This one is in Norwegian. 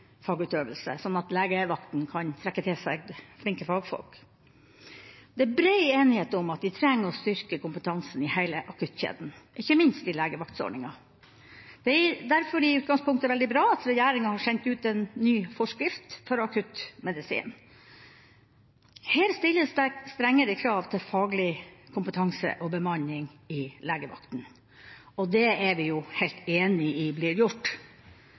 fagutøvelse, slik at legevaktene kan trekke til seg flinke fagfolk. Det er bred enighet om at vi trenger å styrke kompetansen i hele akuttkjeden, ikke minst i legevaktordninga. Det er derfor i utgangspunktet veldig bra at regjeringa har sendt ut en ny forskrift for akuttmedisin. Her stilles det strengere krav til faglig kompetanse og bemanning i legevaktene. Det er vi helt enig i at blir gjort.